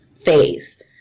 phase